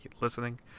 listening